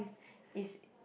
is